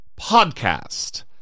Podcast